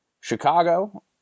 Chicago